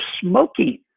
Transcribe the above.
smoking